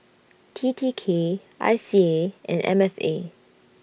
T T K I C A and M F A